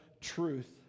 truth